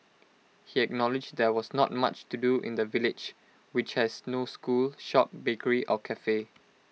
he acknowledged there was not much to do in the village which has no school shop bakery or Cafe